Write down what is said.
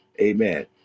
Amen